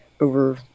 over